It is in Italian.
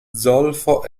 zolfo